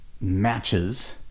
matches